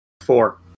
Four